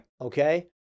Okay